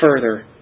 further